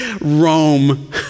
Rome